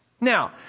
Now